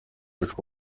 bicwa